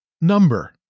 Number